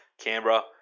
Canberra